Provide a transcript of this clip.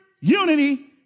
unity